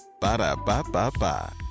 Ba-da-ba-ba-ba